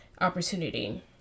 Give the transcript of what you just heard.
opportunity